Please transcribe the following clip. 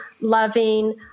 loving